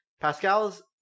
Pascal's